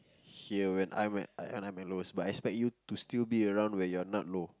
here when I'm at I when I'm at lowest but I expect you to still be around when you're not low